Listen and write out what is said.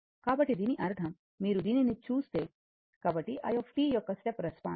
కాబట్టి దీని అర్థం మీరు దీనిని చూస్తే కాబట్టి ఇది i యొక్క స్టెప్ రెస్పాన్స్